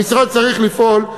המשרד צריך לפעול.